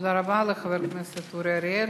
תודה רבה לחבר הכנסת אורי אריאל.